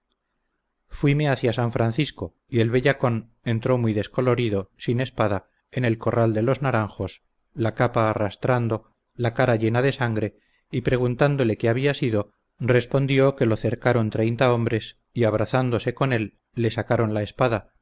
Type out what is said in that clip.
presto fuime hacía san francisco y el bellacón entró muy descolorido sin espada en el corral de los naranjos la capa arrastrando la cara llena de sangre y preguntándole qué había sido respondió que lo cercaron treinta hombres y abrazándose con él le sacaron la espada